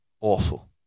awful